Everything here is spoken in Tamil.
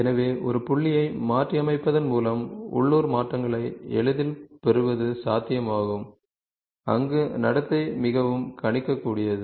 எனவே ஒரு புள்ளியை மாற்றியமைப்பதன் மூலம் உள்ளூர் மாற்றங்களை எளிதில் பெறுவது சாத்தியமாகும் அங்கு நடத்தை மிகவும் கணிக்கக்கூடியது